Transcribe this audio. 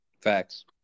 Facts